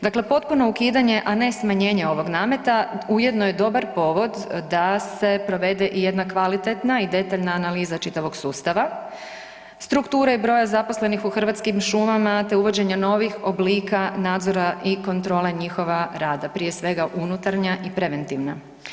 Dakle, potpuno ukidanje, a ne smanjenje ovog nameta ujedno je dobar povod da se provede jedna kvalitetna i detaljna analiza čitavog sustava, strukture i broja zaposlenih u Hrvatskim šumama te uvođenje novih oblika nadzora i kontrole njihova rada, prije svega unutarnja i preventivna.